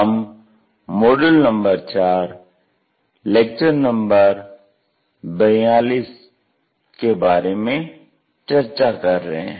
हम module number 4 lecture number 42 के बारे में चर्चा कर रहे हैं